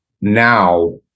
now